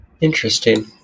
Interesting